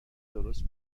درست